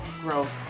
growth